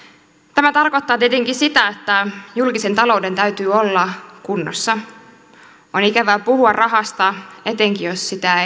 tämä tarkoittaa tietenkin sitä että julkisen talouden täytyy olla kunnossa on ikävää puhua rahasta etenkin jos sitä